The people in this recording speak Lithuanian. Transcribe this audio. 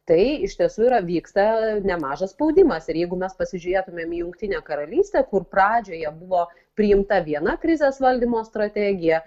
tai iš tiesų yra vyksta nemažas spaudimas ir jeigu mes pasižiūrėtumėm į jungtinę karalystę kur pradžioje buvo priimta viena krizės valdymo strategija